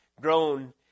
grown